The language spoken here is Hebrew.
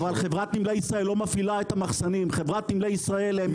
אבל חברת נמלי ישראל לא מפעילה את המחסנים.